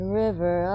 river